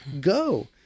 Go